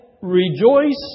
rejoice